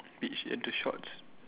peach and the shorts